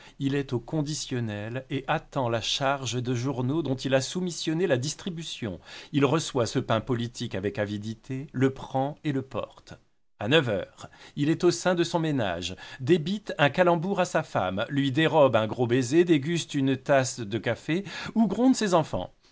il est au constitutionnel et y attend la charge de journaux dont il a soumissionné la distribution il reçoit ce pain politique avec avidité le prend et le porte à neuf heures il est au sein de son ménage débite un calembour à sa femme lui dérobe un gros baiser déguste une tasse de café ou gronde ses enfants